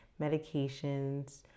medications